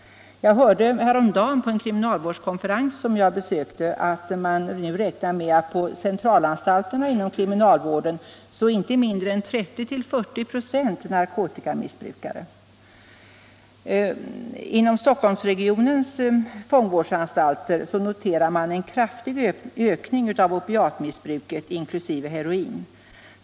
Jag hörde häromdagen på en kriminalvårdskonferens som jag besökte att man nu räknar med att på centralanstalterna inom kriminalvården är inte mindre än 30-40 ?» narkotikamissbrukare. Inom Stockholmsregionens fång vårdsanstalter noterar man en kraftig ökning av opiatmissbruket inkl. heroin.